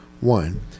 one